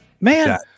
Man